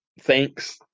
Thanks